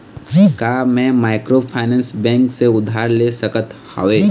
का मैं microfinance bank से उधार ले सकत हावे?